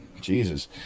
Jesus